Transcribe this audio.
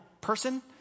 person